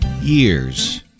years